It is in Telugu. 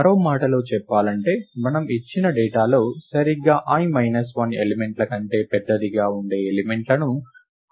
మరో మాటలో చెప్పాలంటే మనము ఇచ్చిన డేటాలో సరిగ్గా i 1 ఎలిమెంట్ ల కంటే పెద్దదిగా ఉండే ఎలిమెంట్ లను కనుగొనాలనుకుంటున్నాము